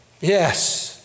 yes